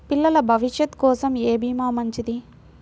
పిల్లల భవిష్యత్ కోసం ఏ భీమా మంచిది?